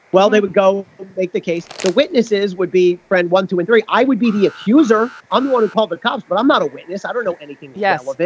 well they would go make the case the witnesses would be friend one two and three. i would be the accuser i'm the one who called the cops but i'm not a witness i don't know anything. yes.